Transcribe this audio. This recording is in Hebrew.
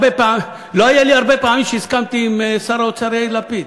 לא היו הרבה פעמים שהסכמתי עם שר האוצר יאיר לפיד.